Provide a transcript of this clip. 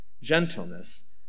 gentleness